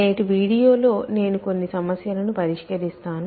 నేటి వీడియోలో నేను కొన్ని సమస్యలను పరిష్కరిస్తాను